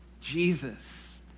Jesus